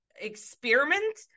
experiment